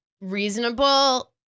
reasonable